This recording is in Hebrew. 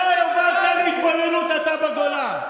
אתה, הבאתם התבוללות, אתה בגולה.